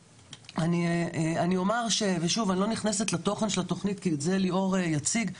אני לא נכנסת לתוכן של התוכנית כי את זה ליאור יציג,